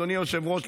אדוני היושב-ראש,